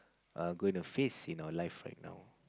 are going to face in our life right now